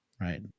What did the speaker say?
right